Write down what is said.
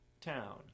town